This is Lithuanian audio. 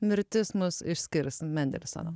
mirtis mus išskirs mendelsoną